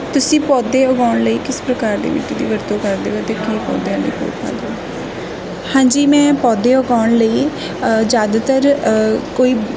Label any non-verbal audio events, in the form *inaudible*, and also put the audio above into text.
ਤੁਸੀਂ ਪੌਦੇ ਉਗਾਉਣ ਲਈ ਕਿਸ ਪ੍ਰਕਾਰ ਦੀ ਮਿੱਟੀ ਦੀ ਵਰਤੋਂ ਕਰਦੇ ਹੋ ਅਤੇ ਕੀ ਪੌਦਿਆਂ ਲਈ *unintelligible* ਹਾਂਜੀ ਮੈਂ ਪੌਦੇ ਉਗਾਉਣ ਲਈ ਜ਼ਿਆਦਾਤਰ ਕੋਈ